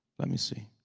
let me see.